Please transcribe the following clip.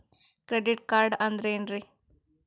Credit card ಅಂದ್ರ ಏನ್ರೀ?